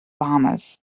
bahamas